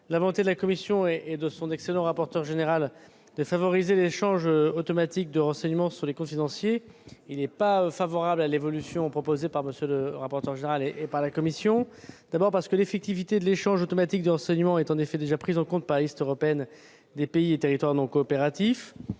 la volonté de la commission et de son excellent rapporteur de favoriser l'échange automatique de renseignements sur les comptes financiers, il n'est pas favorable à l'évolution proposée. D'abord, parce que l'effectivité de l'échange automatique de renseignements est déjà prise en compte par la liste européenne des pays et territoires non coopératifs.